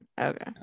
okay